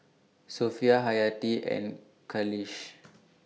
Sofea Hayati and Khalish